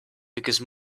because